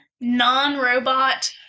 non-robot